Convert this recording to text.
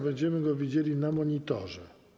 Będziemy go widzieli na monitorze.